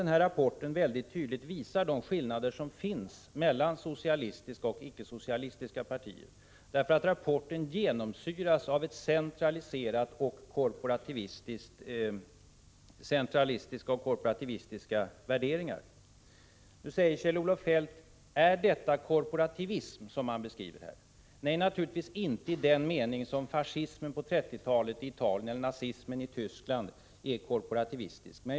Denna rapport visar mycket tydligt de skillnader som finns mellan socialistiska och icke-socialistiska partier, därför att den genomsyras av centralistiska och korporativistiska värderingar. Nu frågar Kjell-Olof Feldt om det som beskrivs här är korporativism. Nej, det är naturligtvis inte korporativism i den mening som fascismen i Italien och nazismen i Tyskland på 1930-talet är det.